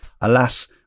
Alas